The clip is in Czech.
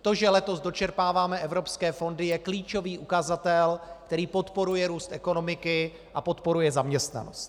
To, že letos dočerpáváme evropské fondy, je klíčový ukazatel, který podporuje růst ekonomiky a podporuje zaměstnanost.